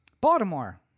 Baltimore